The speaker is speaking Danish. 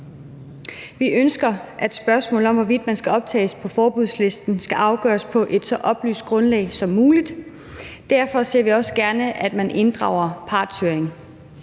Vi ønsker, at spørgsmålet om, hvorvidt man skal optages på forbudslisten, skal afgøres på et så oplyst grundlag som muligt. Derfor ser vi også gerne, at man inddrager partshøring